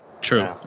True